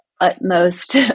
utmost